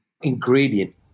ingredient